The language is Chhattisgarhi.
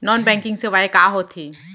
नॉन बैंकिंग सेवाएं का होथे?